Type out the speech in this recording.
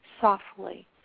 softly